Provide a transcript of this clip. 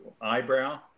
eyebrow